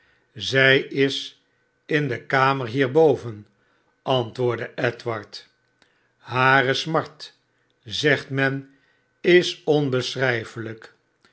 zij is in de kamer hier boven antwoordde edward hare smart zegt men is onbeschrijfelijk